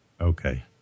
Okay